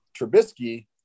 Trubisky